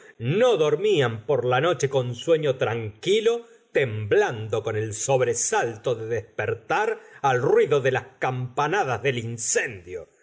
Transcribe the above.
no dormían por la noche con sueño tranquilo temblando con el sobresalto de despertar al ruido de las campanadas del incendio